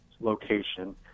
location